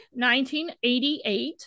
1988